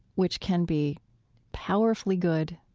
which can be powerfully good,